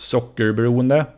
Sockerberoende